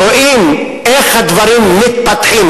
רואים איך הדברים מתפתחים,